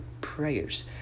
prayers